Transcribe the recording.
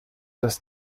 dass